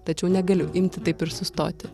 tačiau negaliu imti taip ir sustoti